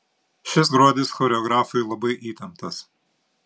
šis gruodis choreografui labai įtemptas